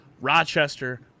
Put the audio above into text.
Rochester